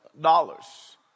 dollars